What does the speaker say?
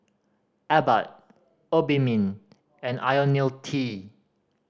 Abbott Obimin and Ionil T